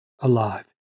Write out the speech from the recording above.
alive